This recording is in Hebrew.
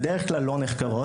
בדרך כלל לא נחקרות,